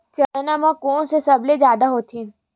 चना म कोन से सबले जादा होथे?